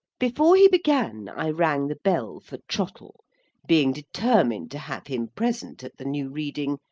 before he began, i rang the bell for trottle being determined to have him present at the new reading,